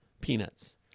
peanuts